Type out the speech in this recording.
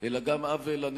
אלא גם לנכדים,